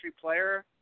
player